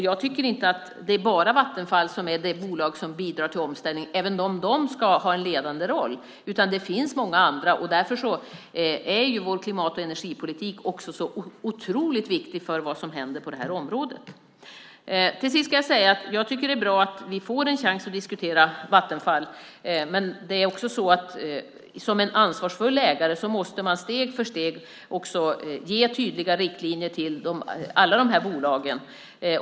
Vattenfall är inte det enda bolag som bidrar till omställningen, även om det ska ha en ledande roll. Det finns många andra. Därför är vår klimat och energipolitik så otroligt viktig för vad som händer på området. Till sist ska jag säga att det är bra att vi får en chans att diskutera Vattenfall. Men det är också så att man som ansvarsfull ägare steg för steg måste ge tydliga riktlinjer till alla bolagen.